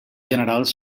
generals